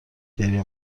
گریه